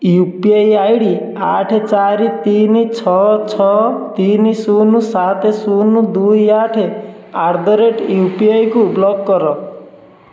you P I I D ଆଠ ଚାରି ତିନି ଛଅ ଛଅ ତିନି ଶୂନ ସାତ ଶୂନ ଦୁଇ ଆଠ ଆଟ୍ ଦ ରେଟ୍ ୟୁପିଆଇକୁ ବ୍ଲକ୍ କର